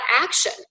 action